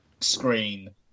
screen